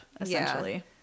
essentially